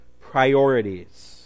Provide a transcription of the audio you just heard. priorities